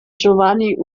giovanni